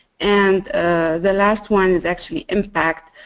and the last one is actually impact.